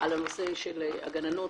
על הנושא של הגננות.